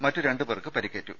മറ്റ് രണ്ട് പേർക്ക് പരിക്കേറ്റു